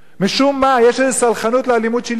משום מה יש סלחנות לאלימות שלטונית.